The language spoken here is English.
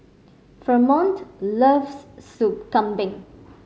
Fremont loves Soup Kambing